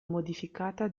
modificata